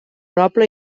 noble